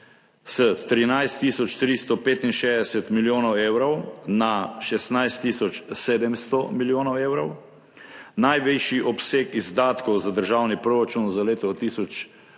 365 milijonov evrov na 16 tisoč 700 milijonov evrov, najvišji obseg izdatkov za državni proračun za leto 2024